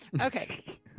Okay